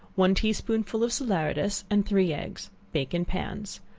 one tea-spoonful of salaeratus, and three eggs bake in pans.